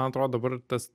man atrodo dabar tas